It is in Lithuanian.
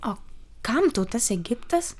o kam tau tas egiptas